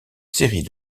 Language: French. série